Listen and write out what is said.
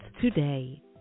today